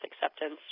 acceptance